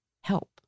help